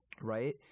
right